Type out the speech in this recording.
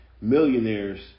millionaires